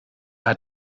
hat